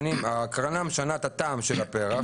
ההקרנה משנה את הטעם של הפרח.